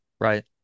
Right